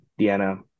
Deanna